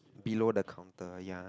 below the counter ya